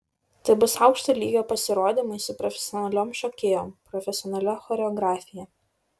tai bus aukšto lygio pasirodymai su profesionaliom šokėjom profesionalia choreografija